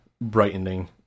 brightening